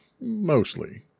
mostly